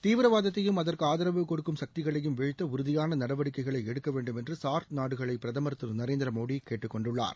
தீவிரவாதத்தையும் அதற்கு ஆதரவு கொடுக்கும் சக்திகளையும் வீழ்த்த உறுதியான நடவடிக்கைகளை எடுக்க வேண்டும்என்று சார்க் நாடுகளை பிரதமர் திரு நரேந்திர மோடி கேட்டுக்கொண்டுள்ளார்